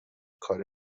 کاری